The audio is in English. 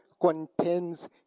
contains